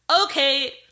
okay